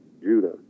Judah